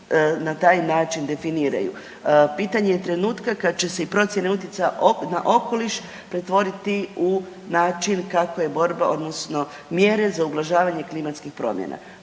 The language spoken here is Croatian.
na taj način definiraju. Pitanje je trenutka kad će se i procjene utjecaja na okoliš pretvoriti u način kako je borba odnosno mjere za ublažavanje klimatskih promjena.